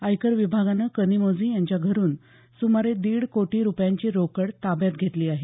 आयकर विभागानं कनिमोझी यांच्या घरून सुमारे दीड कोटी रुपयांची रोकड ताब्यात घेतली आहे